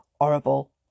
horrible